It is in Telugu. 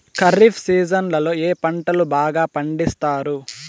ఖరీఫ్ సీజన్లలో ఏ పంటలు బాగా పండిస్తారు